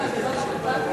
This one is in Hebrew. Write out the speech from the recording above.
להצביע.